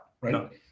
right